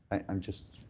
i'm just